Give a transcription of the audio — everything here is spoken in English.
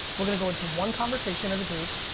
we're gonna go into one conversation as a group,